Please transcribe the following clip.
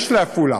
יש לעפולה.